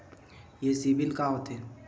ये सीबिल का होथे?